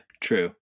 true